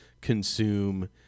consume